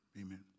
Amen